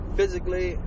Physically